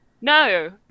No